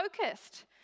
focused